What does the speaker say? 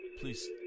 please